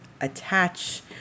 attach